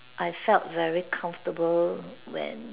I felt very comfortable when